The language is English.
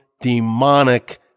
demonic